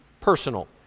personal